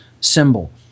symbol